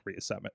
reassessment